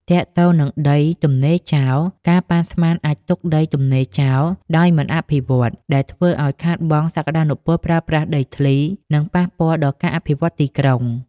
ទាក់ទងនិងដីទំនេរចោល ការប៉ាន់ស្មានអាចទុកដីទំនេរចោលដោយមិនអភិវឌ្ឍន៍ ដែលធ្វើឲ្យខាតបង់សក្តានុពលប្រើប្រាស់ដីធ្លី និងប៉ះពាល់ដល់ការអភិវឌ្ឍទីក្រុង។